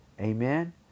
Amen